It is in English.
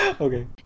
Okay